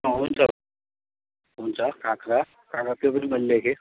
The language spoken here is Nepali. अँ हुन्छ हुन्छ काँक्रा काँक्रा त्यो पनि मैले लेखेँ